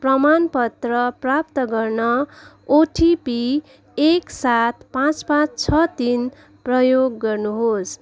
प्रमाण पत्र प्राप्त गर्न ओटिपी एक सात पाँच पाँच छ तिन प्रयोग गर्नहोस्